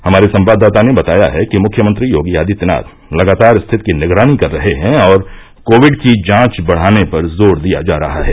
हमारे संवाददाता ने बताया है कि मुख्यमंत्री योगी आदित्यनाथ लगातार स्थिति की निगरानी कर रहे हैं और कोविड की जांच बढाने पर जोर दिया जा रहा है